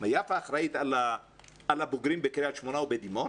יפה אחראית על הבוגרים בקריית שמונה ובדימונה.